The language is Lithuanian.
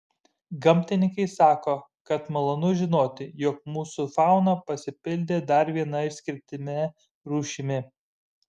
gamtininkai sako kad malonu žinoti jog mūsų fauna pasipildė dar viena išskirtine rūšimi